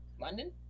London